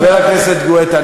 חבר הכנסת גואטה,